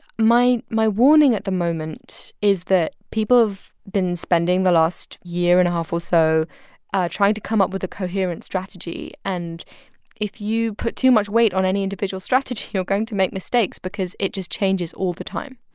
my my warning at the moment is that people have been spending the last year and a half or so trying to come up with a coherent strategy. and if you put too much weight on any individual strategy, you're going to make mistakes because it just changes all the time,